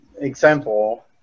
example